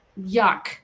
yuck